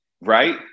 right